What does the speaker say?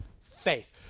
faith